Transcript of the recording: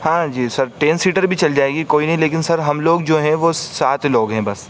ہاں جی sir ten seater بھی چل جائے گی کوئی نہیں لیکن سر ہم لوگ جو ہیں وہ سات لوگ ہیں بس